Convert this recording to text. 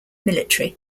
military